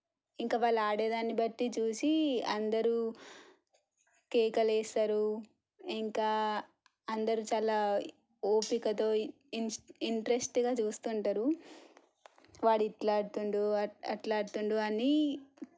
ఇంక వాళ్ళు ఆడే దాన్ని బట్టి చూసి అందరూ కేకలు వేస్తారు ఇంకా అందరూ చాలా ఓపికతో ఇం ఇంట్రెస్ట్గా చూస్తుంటారు వాడు ఇలా ఆడుతుండు అట్లా ఆడుతుండు అని